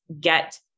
get